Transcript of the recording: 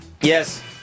Yes